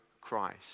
Christ